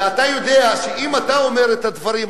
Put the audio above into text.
אתה יודע שאם אתה אומר את הדברים האלה,